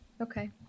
Okay